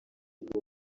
ubwo